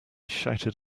shouted